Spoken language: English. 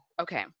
Okay